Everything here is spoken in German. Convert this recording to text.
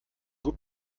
gut